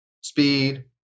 speed